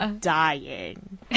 dying